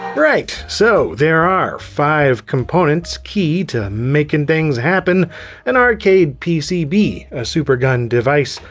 right, so! there are five components key to makin' things happen an arcade pcb, a supergun device,